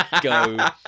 go